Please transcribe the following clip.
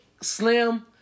Slim